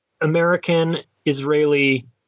American-Israeli